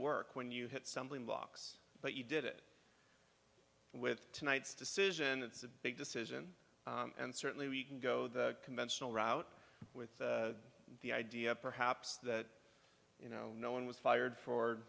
work when you hit something blocks but you did it with tonight's decision it's a big decision and certainly we can go the conventional route with the idea perhaps that you know no one was fired for